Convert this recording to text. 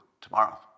tomorrow